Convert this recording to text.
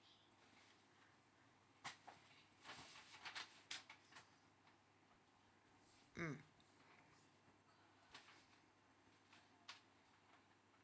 mm